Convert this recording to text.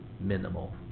minimal